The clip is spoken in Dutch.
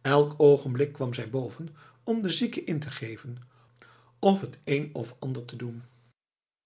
elk oogenblik kwam zij boven om de zieke in te geven of het een of ander te doen